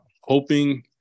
hoping